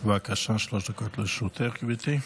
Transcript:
דקות לרשותך, גברתי.